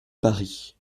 paris